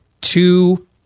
two